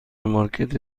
مارکت